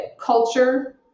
culture